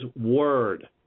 word